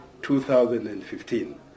2015